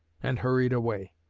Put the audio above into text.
and hurried away.